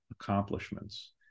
accomplishments